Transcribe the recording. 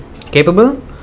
capable